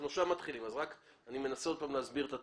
אני מנסה שוב להסביר את התהליך.